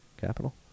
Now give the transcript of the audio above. Capital